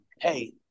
hey